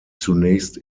zunächst